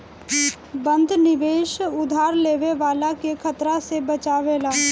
बंध निवेश उधार लेवे वाला के खतरा से बचावेला